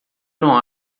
não